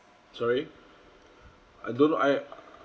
sorry I don't know I